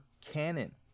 canon